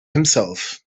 himself